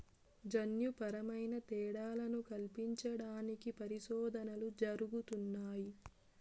జన్యుపరమైన తేడాలను కల్పించడానికి పరిశోధనలు జరుగుతున్నాయి